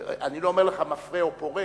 אני לא אומר לך מפרה או פורה,